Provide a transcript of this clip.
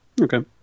Okay